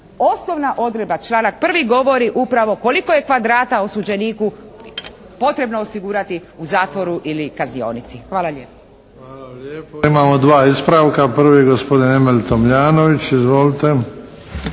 osnovna odredba, članak 1. govori upravo koliko je kvadrata osuđeniku potrebno osigurati u zatvoru ili kaznionici. Hvala lijepo. **Bebić, Luka (HDZ)** Hvala lijepo. Imamo dva ispravka. Prvi, gospodin Emil Tomljanović. Izvolite!